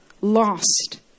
lost